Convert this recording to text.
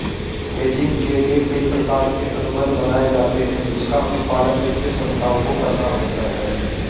hedging के लिए कई प्रकार के अनुबंध बनाए जाते हैं जिसका अनुपालन वित्तीय संस्थाओं को करना होता है